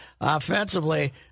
offensively